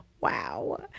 Wow